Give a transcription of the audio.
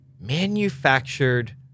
manufactured